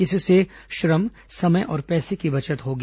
इससे श्रम समय और पैसे की बचत होगी